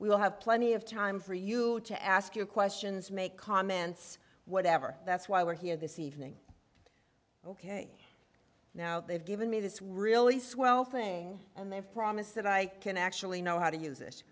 we will have plenty of time for you to ask your questions make comments whatever that's why we're here this evening ok now they've given me this really swell thing and they've promised that i can actually know how to use it